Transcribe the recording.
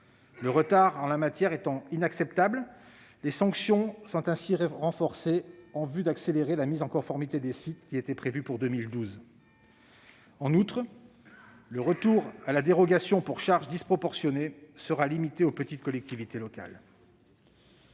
Le retard en la matière étant inacceptable, les sanctions sont renforcées en vue d'accélérer la mise en conformité des sites, qui était prévue pour 2012. En outre, le recours à la dérogation pour « charge disproportionnée » sera limité aux petites collectivités locales.